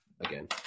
again